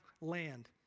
land